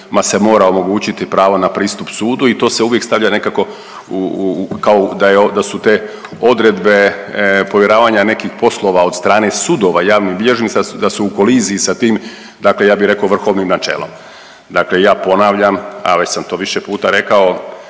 se mora omogućiti pravo na pristup sudu i to se uvijek stavlja nekako u, u, kao da su te odredbe povjeravanja nekih poslova od strane sudova javnim bilježnicima da su u koliziji sa tim dakle ja bih rekao vrhovnim načelom. Dakle, ja ponavljam, a već sam to više puta rekao,